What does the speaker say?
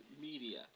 Media